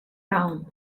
round